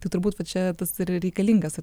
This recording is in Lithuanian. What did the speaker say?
tai turbūt va čia tas ir reikalingas